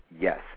Yes